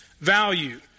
value